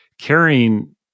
carrying